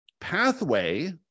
pathway